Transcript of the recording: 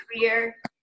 career